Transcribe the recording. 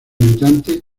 militante